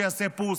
שיעשה פוס,